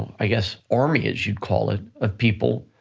i guess, army as you'd call it, of people,